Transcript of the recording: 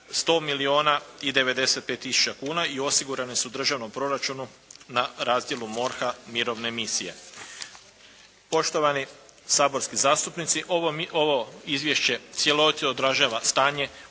100 milijuna i 95 tisuća kuna i osigurane su u državnom proračunu na razdjelu MORH-a mirovne misije. Poštovani saborski zastupnici ovo izvješće cjelovito odražava stanje,